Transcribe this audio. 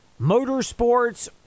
motorsports